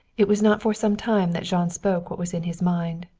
it was not for some time that jean spoke what was in his mind,